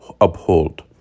uphold